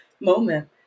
moment